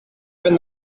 even